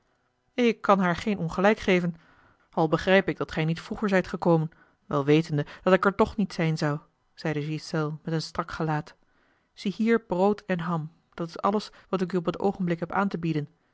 ik kan haar geen ongelijk geven al begrijp ik dat gij niet vroeger zijt gekomen wel wetende dat ik er toch niet zijn zou zeî de ghiselles met een strak gelaat ziehier brood en ham dat is alles wat ik u op het oogenblik heb aan te bieden